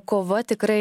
kova tikrai